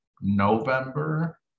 November